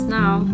now